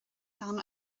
gan